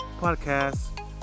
podcast